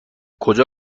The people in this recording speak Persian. کجا